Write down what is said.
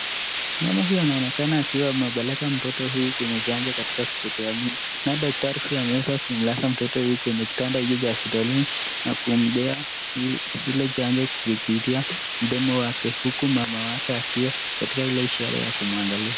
Mama huyu anaonekana akiwa amepeleka mtoto huyu kwenye chanjo katika hospiitali, naye daktari ameweza kullaza mtoto huyu kwenye kitanda hiki cha hospitalini, na kumpea ile chanjo kupitia mdomo wake, huku mama yake akiwa ile sherehe ya kumwangalia.